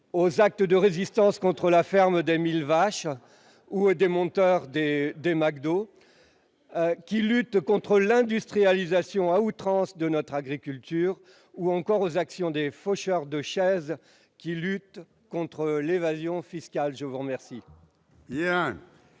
aux actes de résistance contre la ferme des mille vaches ou aux démonteurs des McDonald's, qui luttent contre l'industrialisation à outrance de notre agriculture, ou encore aux actions des « faucheurs de chaises », qui luttent contre l'évasion fiscale. L'amendement